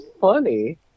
funny